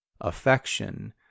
affection